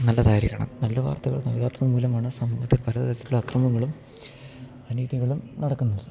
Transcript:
നല്ലതായിരിക്കണം നല്ല വാർത്തകൾ നൽകാത്തത് മൂലമാണ് സമൂഹത്തിൽ പല തരത്തിലുള്ള അക്രമങ്ങളും അനീതികളും നടക്കുന്നത്